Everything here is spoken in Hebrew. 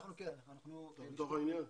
כן, אדוני.